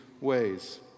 ways